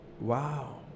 wow